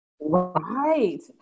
Right